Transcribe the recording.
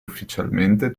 ufficialmente